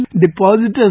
depositors